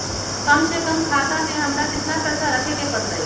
कम से कम खाता में हमरा कितना पैसा रखे के परतई?